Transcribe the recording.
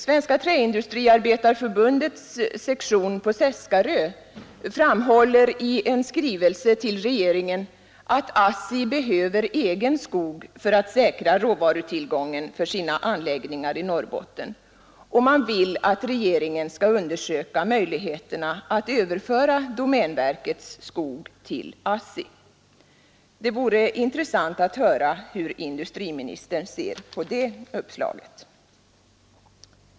Svenska träindustriarbetareförbundets sektion på Seskarö framhåller i en skrivelse till regeringen att ASSI behöver egen skog för att säkra råvarutillgången för sina anläggningar i Norrbotten, och man vill att regeringen skall undersöka möjligheterna att överföra domänverkets skog till ASSI. Det vore intressant att höra hur industriministern ser på det uppslaget.